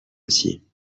aussi